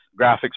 graphics